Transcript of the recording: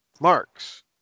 Mark's